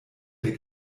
der